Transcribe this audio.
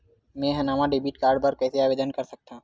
मेंहा नवा debit card बर कैसे आवेदन कर सकथव?